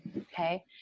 okay